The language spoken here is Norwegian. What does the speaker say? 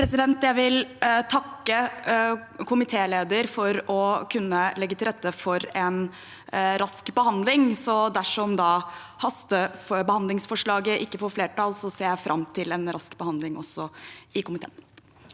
Jeg vil takke komitélederen for å kunne legge til rette for en rask behandling, så dersom hastebehandlingsforslaget ikke får flertall, ser jeg fram til en rask behandling også i komiteen.